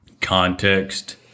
context